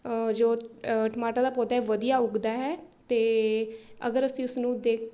ਜੋ ਟਮਾਟਰ ਦਾ ਪੌਦਾ ਹੈ ਵਧੀਆ ਉੱਗਦਾ ਹੈ ਅਤੇ ਅਗਰ ਅਸੀਂ ਉਸਨੂੰ ਦੇਖ